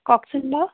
কওকচোন বাৰু